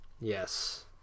Yes